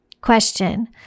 Question